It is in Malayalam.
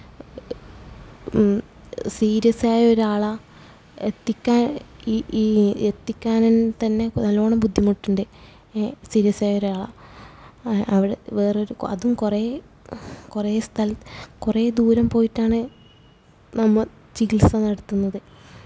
സീരിയസ്സായൊരാളാണ് എത്തിക്കാന് ഈ ഈ എത്തിക്കാന് തന്നെ നല്ലവണ്ണം ബുദ്ധിമുട്ടുണ്ട് സീരിയസ്സായൊരാളാണ് അവിടെ വേറൊരു അതും കുറേ കുറേ സ്ഥല കുറേ ദൂരം പോയിട്ടാണ് നമ്മൾ ചികിത്സ നടത്തുന്നത്